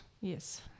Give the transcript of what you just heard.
Yes